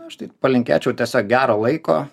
aš tai palinkėčiau tiesiog gero laiko